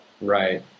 Right